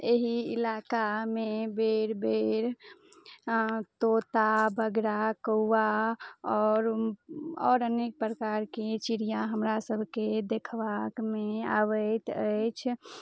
एहि इलाकामे बेर बेर तोता बगरा कौआ आओर और अनेक प्रकारके चिड़ियाँ हमरा सभके देखबाकमे आबैत अइछ